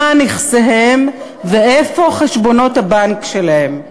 מה נכסיהם ואיפה חשבונות הבנק שלהם,